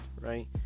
right